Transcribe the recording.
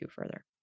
further